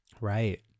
Right